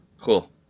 Cool